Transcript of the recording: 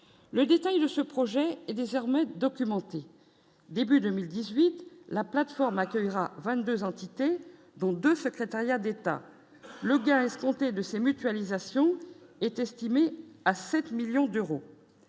le détail de ce projet est désormais documenté début 2018 la plateforme accueillera 22 entités dont 2 secrétariats d'État, le gain escompté de ces mutualisation est estimé à 7 millions d'euros